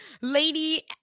Lady